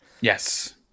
Yes